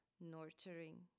nurturing